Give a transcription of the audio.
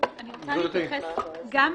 גברתי, בבקשה.